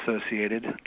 associated